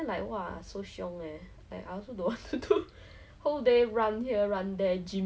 it's very different lah you said that you really like your poly days compared to I think other schooling time but then like